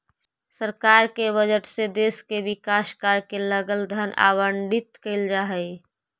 सरकार के बजट से देश के विकास कार्य के लगल धन आवंटित करल जा हई